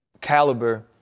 caliber